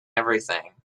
everything